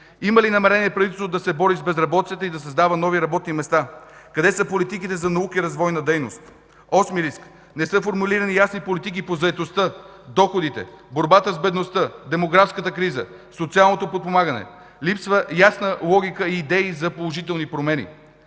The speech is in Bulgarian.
има ли намерение правителството да се бори с безработицата и да създава нови работни места, къде са политиките за наука и развойна дейност? Осми риск: Не са формулирани ясни политики по заетостта, доходите, борбата с бедността, демографската криза, социалното подпомагане, липсват ясна логика и идеи за положителни промени.